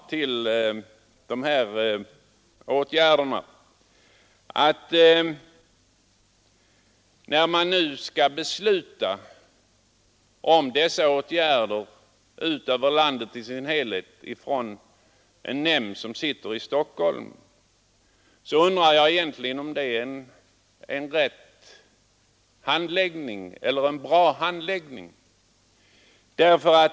Då åtgärder, som skall gälla landet i dess helhet, skall utformas av en nämnd som sitter i Stockholm, undrar jag om en sådan handläggning är bra.